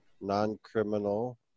non-criminal